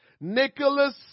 Nicholas